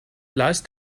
last